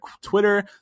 Twitter